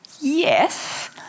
Yes